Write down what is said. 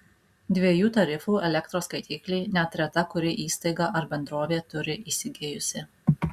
dviejų tarifų elektros skaitiklį net reta kuri įstaiga ar bendrovė turi įsigijusi